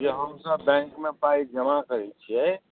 जे हमसब बैंकमे पाइ जमा करै छिए